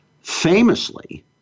famously